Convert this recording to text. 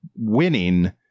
winning